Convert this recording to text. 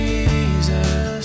Jesus